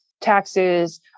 taxes